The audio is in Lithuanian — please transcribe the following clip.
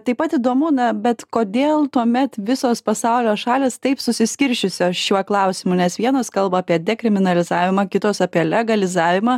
taip pat įdomu na bet kodėl tuomet visos pasaulio šalys taip susiskirsčiusios šiuo klausimu nes vienos kalba apie dekriminalizavimą kitos apie legalizavimą